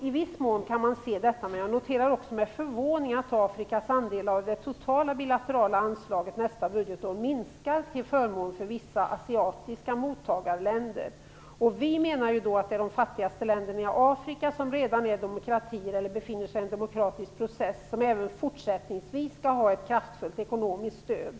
I viss mån kan man se detta. Jag noterar också med förvåning att Afrikas andel av det totala bilaterala anslaget nästa budgetår minskar till förmån för vissa asiatiska mottagarländer. Vi menar att det är de fattigaste länderna i Afrika, som redan är demokratier eller som befinner sig i en demokratisk process, som även fortsättningsvis skall ha ett kraftfullt ekonomiskt stöd.